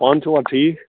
پانہٕ چھُوا ٹھیٖک